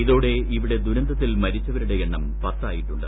ഇതോടെ ഇവിടെ ദുർന്നിത്യിൽ മരിച്ചവരുടെ എണ്ണം പത്തായിട്ടുണ്ട്